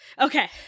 Okay